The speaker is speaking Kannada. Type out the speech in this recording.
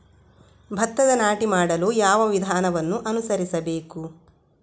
ಭತ್ತದ ನಾಟಿ ಮಾಡಲು ಯಾವ ವಿಧಾನವನ್ನು ಅನುಸರಿಸಬೇಕು?